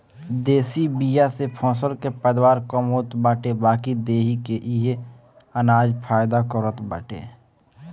देशी बिया से फसल के पैदावार कम होत बाटे बाकी देहि के इहे अनाज फायदा करत बाटे